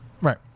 Right